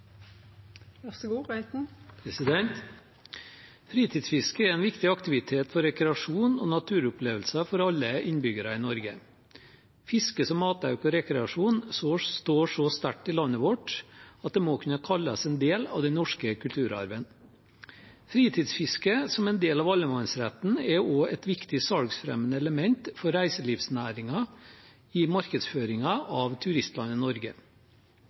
står så sterkt i landet vårt at det må kunne kalles en del av den norske kulturarven. Fritidsfiske som en del av allemannsretten er også et viktig salgsfremmende element for reiselivsnæringen i markedsføringen av